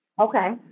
Okay